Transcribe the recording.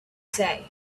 say